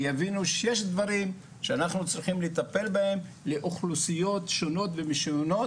שיבינו שיש דברים שאנחנו צריכים לטפל בהם לאוכלוסיות שונות ומשונות,